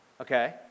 Okay